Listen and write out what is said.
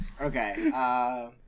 Okay